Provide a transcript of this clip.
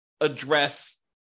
address